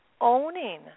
owning